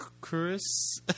Chris